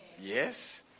Yes